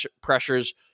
pressures